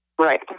Right